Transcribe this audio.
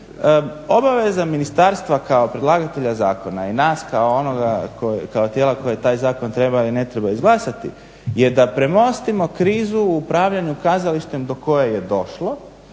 Obaveza ministarstva kao predlagatelja zakona i nas kao onoga kao tijela koji taj zakon treba ili ne treba izglasati je da premostimo krizu u upravljanju kazalištem do koje je došlo